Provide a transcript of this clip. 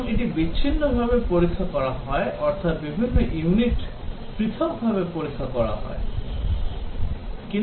এবং এটি বিচ্ছিন্নভাবে পরীক্ষা করা হয় অর্থাৎ বিভিন্ন ইউনিটকে পৃথকভাবে পরীক্ষা করা হয়